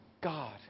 God